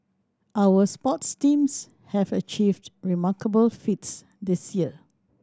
our sports teams have achieved remarkable feats this year